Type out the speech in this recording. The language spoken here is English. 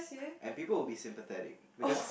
and people will be sympathetic because